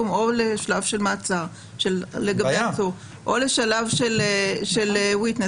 או לשלב של מעצר לגבי עצור או לשלב של עד.